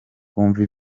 mwumva